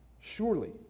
Surely